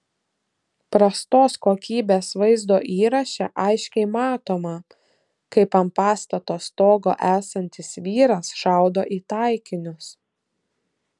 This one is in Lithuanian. prastos kokybės vaizdo įraše aiškiai matoma kaip ant pastato stogo esantis vyras šaudo į taikinius